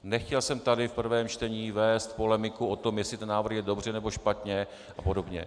Nechtěl jsem tady v prvém čtení vést polemiku o tom, jestli ten návrh je dobře, nebo špatně a podobně.